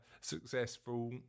successful